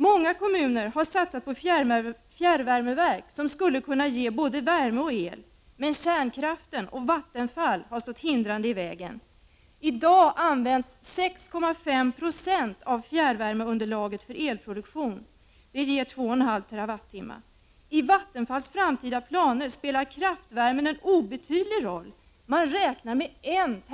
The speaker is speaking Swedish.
Många kommuner har satsat på fjärrvärmeverk som skulle kunna ge både värme och el. Men förespråkarna för kärnkraften och Vattenfall har stått hindrande i vägen. I dag används 6,5 970 av fjärrvärmeunderlaget för elproduktion, vilket ger 2,5 TWh. I Vattenfalls framtida planer spelar kraftvär men en obetydlig roll. Man räknar med en 1